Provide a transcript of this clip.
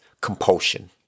compulsion